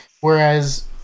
Whereas